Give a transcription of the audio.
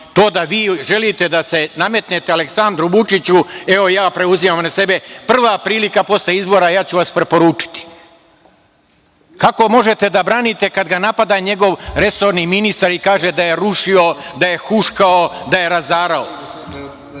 To da vi želite da se nametnete Aleksandru Vučiću, evo ja preuzima na sebe. Prava prilika posle izbora ja ću vas preporučiti. Kako možete da branite kad ga napada njegov resorni ministar i kaže da je rušio, da je huškao, da je razarao.